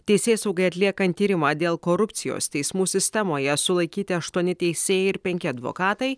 teisėsaugai atliekant tyrimą dėl korupcijos teismų sistemoje sulaikyti aštuoni teisėjai ir penki advokatai